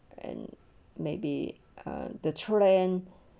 and maybe uh the children